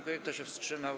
Kto się wstrzymał?